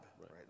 right